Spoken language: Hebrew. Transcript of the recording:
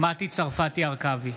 מטי צרפתי הרכבי,